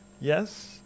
Yes